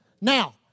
Now